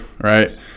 right